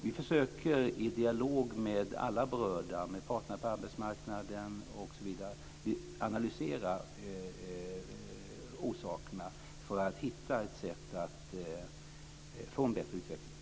Vi försöker i dialog med alla berörda, med parterna på arbetsmarknaden osv., att analysera orsakerna för att hitta ett sätt att få en bättre utveckling.